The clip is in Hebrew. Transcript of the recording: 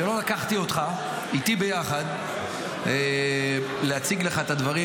שלא לקחתי אותך איתי ביחד להציג לך את הדברים,